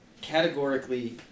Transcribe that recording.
categorically